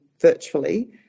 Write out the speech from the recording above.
virtually